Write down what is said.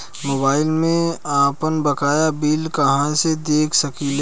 Mobile में आपनबकाया bill कहाँसे देख सकिले?